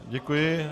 Děkuji.